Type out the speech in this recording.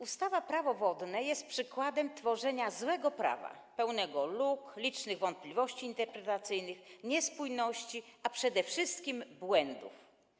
Ustawa Prawo wodne jest przykładem tworzenia złego prawa, pełnego luk, licznych wątpliwości interpretacyjnych, niespójności, a przede wszystkim błędów.